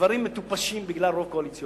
דברים מטופשים בגלל רוב קואליציוני,